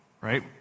right